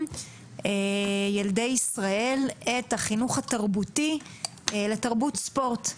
ילדי ישראל את החינוך התרבותי לתרבות ספורט.